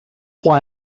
why